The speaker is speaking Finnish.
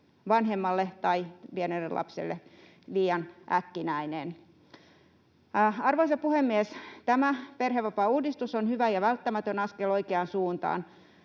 vanhemmalle tai pienelle lapselle liian äkkinäinen. Arvoisa puhemies! Tämä perhevapaauudistus on hyvä ja välttämätön askel oikeaan suuntaan.